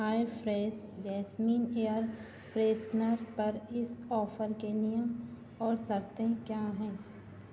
आई fresh jasmine air freshener पर इस offer के नियम और शर्तें क्या हैं